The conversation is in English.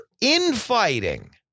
infighting